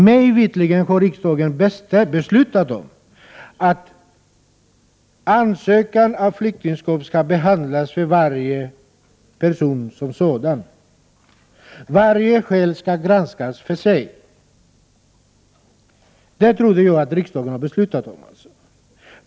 Mig veterligt har riksdagen beslutat att ansökan om flyktingskap skall behandlas för varje person som sådan. Att varje skäl skall granskas för sig trodde jag alltså att riksdagen hade beslutat om.